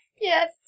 Yes